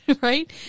Right